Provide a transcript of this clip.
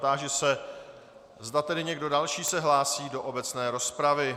Táži se, zda tedy se někdo další hlásí do obecné rozpravy?